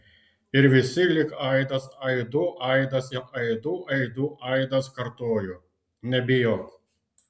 ir visi lyg aidas aidų aidas ir aidų aidų aidas kartojo nebijok